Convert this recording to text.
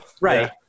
Right